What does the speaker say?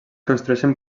construeixen